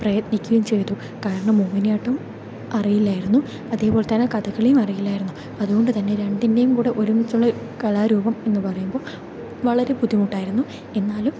പ്രയത്നിക്കുകയും ചെയ്തു കാരണം മോഹിനിയാട്ടം അറിയില്ലായിരുന്നു അതേപോലെത്തന്നെ കഥകളിയും അറിയില്ലായിരുന്നു അതുകൊണ്ട്തന്നെ രണ്ടിൻ്റെയും കൂടി ഒരുമിച്ചുള്ള കലാരൂപം എന്ന് പറയുമ്പോൾ വളരെ ബുദ്ധിമുട്ടായിരുന്നു എന്നാലും